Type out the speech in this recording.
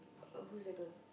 uh who's that girl